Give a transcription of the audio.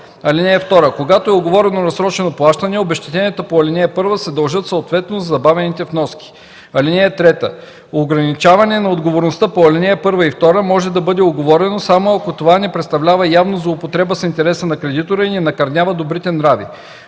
(2) Когато е уговорено разсрочено плащане, обезщетенията по ал. 1 се дължат съответно за забавените вноски. (3) Ограничаване на отговорността по ал. 1 и 2 може да бъде уговорено, само ако това не представлява явна злоупотреба с интереса на кредитора и не накърнява добрите нрави.